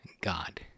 God